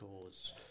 cause